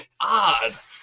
odd